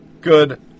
good